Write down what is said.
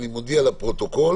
אני מודיע לפרוטוקול